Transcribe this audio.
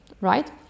right